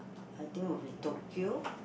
I think will be Tokyo